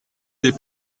des